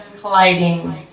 colliding